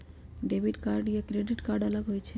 Debit card या credit card अलग होईछ ई?